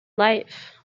life